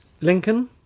Lincoln